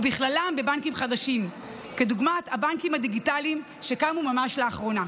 ובכללם בבנקים חדשים כדוגמת הבנקים הדיגיטליים שקמו ממש לאחרונה.